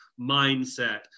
mindset